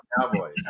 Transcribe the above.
Cowboys